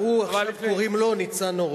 גם לו קוראים עכשיו ניצן הורוביץ.